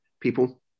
people